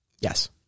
Yes